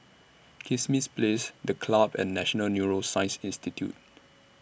Kismis Place The Club and National Neuroscience Institute